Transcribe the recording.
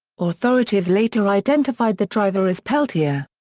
authorities later identified the driver as peltier.